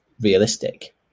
realistic